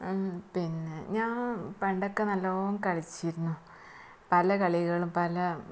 പിന്നെ ഞാൻ പണ്ടൊക്കെ നല്ലവണ്ണം കളിച്ചിരുന്നു പല കളികളും പല